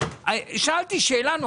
שאלתי שאלה מאוד